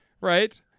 right